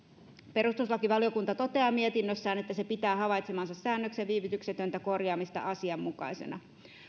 perustuslakivaliokunta toteaa mietinnössään että se pitää havaitsemansa säännöksen viivytyksetöntä korjaamista asianmukaisena